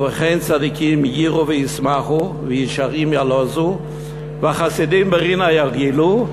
"ובכן צדיקים יראו וישמחו וישרים יעלוזו וחסידים ברינה יגילו"